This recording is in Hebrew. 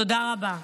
תודה רבה.